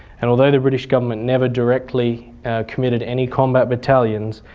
and although the british government never directly committed any combat battalions,